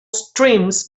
streams